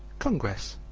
congress,